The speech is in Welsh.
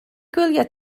gwylio